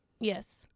Yes